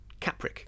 Capric